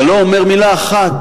אבל לא אומר מלה אחת